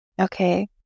Okay